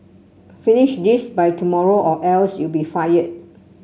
finish this by tomorrow or else you be fired